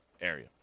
area